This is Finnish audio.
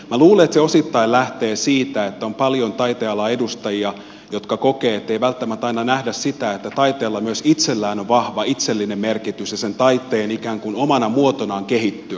minä luulen että se osittain lähtee siitä että on paljon taiteen alan edustajia jotka kokevat ettei välttämättä aina nähdä sitä että taiteella myös itsellään on vahva itsellinen merkitys ja tarve ikään kuin omana muotonaan kehittyä